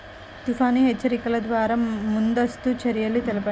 తుఫాను హెచ్చరికల ద్వార ముందస్తు చర్యలు తెలపండి?